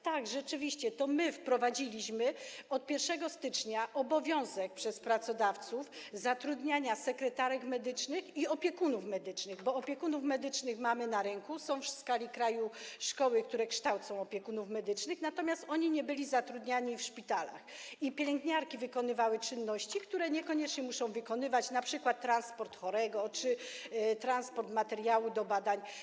Tak, rzeczywiście, to my wprowadziliśmy od 1 stycznia obowiązek zatrudniania przez pracodawców sekretarek medycznych i opiekunów medycznych, bo opiekunów medycznych mamy na rynku, są w kraju szkoły, które kształcą opiekunów medycznych, natomiast oni nie byli zatrudniani w szpitalach i pielęgniarki wykonywały czynności, które niekoniecznie muszą wykonywać, np. transport chorego czy transport materiału do badań.